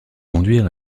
conduire